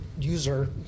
user